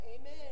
Amen